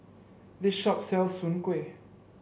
this shop sells Soon Kway